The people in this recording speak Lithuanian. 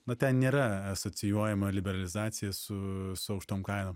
na ten nėra asocijuojama liberalizacija su aukštom kainom